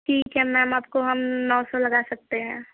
ठीक है मैम आपको हम नौ सौ लगा सकते हैं